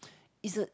is a